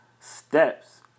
steps